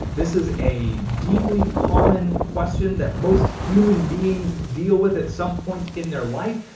this is a deeply common question that most human beings deal with at some point in their life.